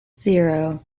zero